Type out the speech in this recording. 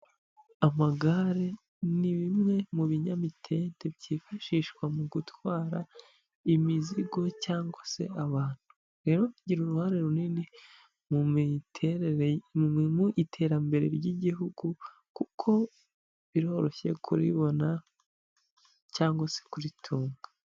Amagare ni bimwe mu binyamitende byifashishwa mu gutwara imizigo cyangwa se abantu. Rero rigira uruhare runini mw'iterambere ry'igihugu kuko biroroshye kuribona cyangwa se kuritunga.